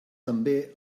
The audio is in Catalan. també